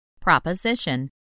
Proposition